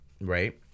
right